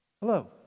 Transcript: Hello